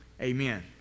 Amen